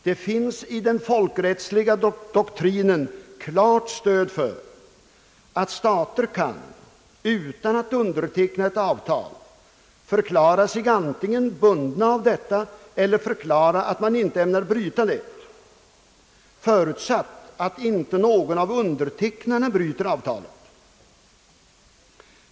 Det finns i den folkrättsliga doktrinen klart stöd för att stater kan, utan att underteckna ett avtal, förklara sig antingen bundna av detta eller förklara att man inte ämnar bryta det, förutsatt att inte någon av undertecknarna bryter avtalet.